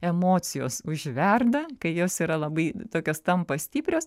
emocijos užverda kai jos yra labai tokios tampa stiprios